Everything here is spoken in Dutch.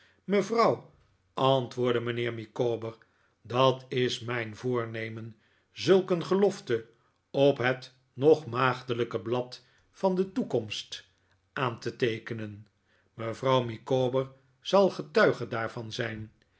mejuffrouw antwoordde mijnheer micawber het is mijn voornemen zulk een gelofte op het nog maagdelijke blad van de toekomst aan te teekenen mevrouw micawber zal getuige daarvan zijn